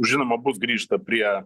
žinoma bus grįžta prie